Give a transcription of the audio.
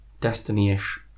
Destiny-ish